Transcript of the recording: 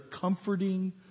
comforting